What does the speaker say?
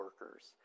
workers